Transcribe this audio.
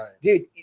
Dude